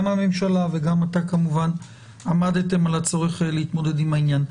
הממשלה וגם אתה כמובן עמדתם על הצורך להתמודד עם העניין.